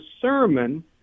sermon